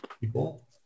people